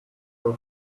our